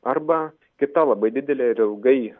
arba kita labai didelė ir ilgai